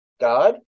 god